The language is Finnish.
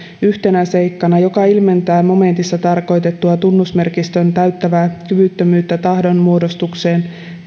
yhtenä seikkana joka ilmentää momentissa tarkoitettua tunnusmerkistön täyttävää kyvyttömyyttä tahdonmuodostukseen